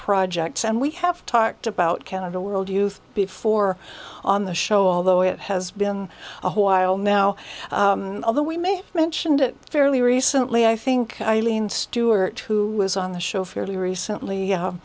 projects and we have talked about canada world youth before on the show although it has been a while now and although we may mentioned it fairly recently i think i lean stewart who was on the show fairly recently